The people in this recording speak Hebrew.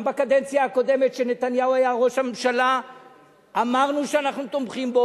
גם בקדנציה הקודמת כשנתניהו היה ראש הממשלה אמרנו שאנחנו תומכים בו,